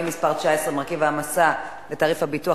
(מס' 19) (מרכיב ההעמסה בתעריף הביטוח),